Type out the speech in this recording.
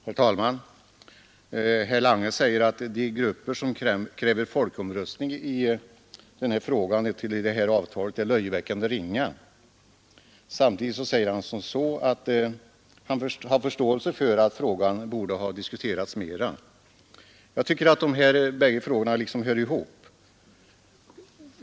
Herr talman! Herr Lange ansåg att de grupper som kräver folkomröstning om EEC-avtalet är löjeväckande små. Samtidigt sade han att han har förståelse för uppfattningen att frågan borde ha diskuterats mera. Jag tycker att dessa bägge saker hör ihop.